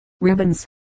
ribbons